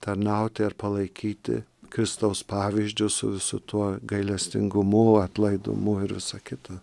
tarnauti ar palaikyti kristaus pavyzdžiu su visu tuo gailestingumu atlaidumu ir visa kita